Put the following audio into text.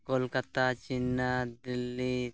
Kolkata Chennai Delhi